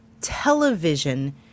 television